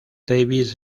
davies